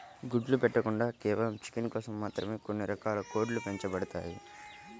గుడ్లు పెట్టకుండా కేవలం చికెన్ కోసం మాత్రమే కొన్ని రకాల కోడ్లు పెంచబడతాయి